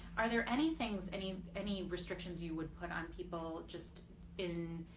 are there any things any any restrictions you would put on people just in